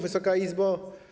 Wysoka Izbo!